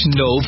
no